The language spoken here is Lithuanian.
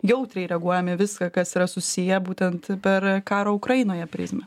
jautriai reaguojame į viską kas yra susiję būtent per karą ukrainoje prizmę